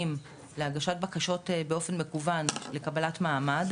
להגשת בקשות באופן מקוון לקבלת מעמד,